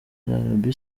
arabie